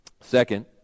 Second